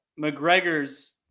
McGregor's